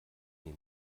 die